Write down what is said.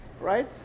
right